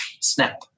snap